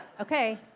Okay